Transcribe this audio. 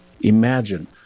Imagine